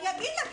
אני אגיד לה,